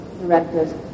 directors